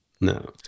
No